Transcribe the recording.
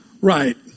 right